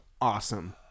awesome